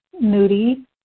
moody